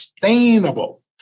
sustainable